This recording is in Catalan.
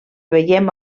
veiem